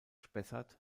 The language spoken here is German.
spessart